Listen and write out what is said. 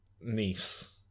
niece